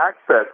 access